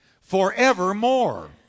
forevermore